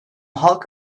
halk